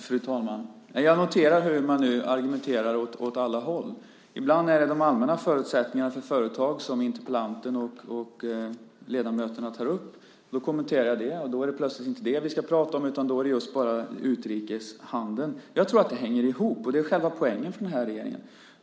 Fru talman! Jag noterar hur man nu argumenterar åt alla håll. Ibland är det de allmänna förutsättningarna för företag som interpellanten och ledamöterna tar upp. Då kommenterar jag det. Då är det plötsligt inte det som vi ska prata om utan då är det just bara utrikeshandeln. Jag tror att det hänger ihop, och det är själva poängen för den här regeringen.